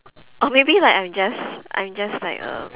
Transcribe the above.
or maybe like I just I just like uh